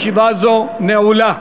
ישיבה זו נעולה.